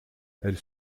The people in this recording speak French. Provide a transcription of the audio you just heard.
elles